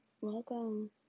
welcome